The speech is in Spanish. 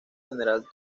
general